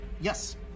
yes